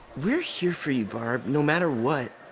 we're here for you, barb, no matter what.